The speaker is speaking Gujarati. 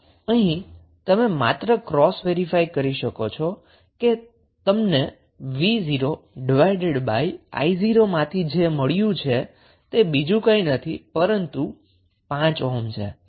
અહીં તમે માત્ર ક્રોસ વેરીફાઈ કરી શકો છો કે તમને v0i0 માંથી જે મળ્યું છે તે બીજું કઈં નથી પરંતુ 5 ઓહ્મ છે